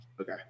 Okay